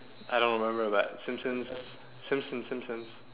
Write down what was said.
I don't remember that simpsons simpsons simpsons